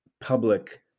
public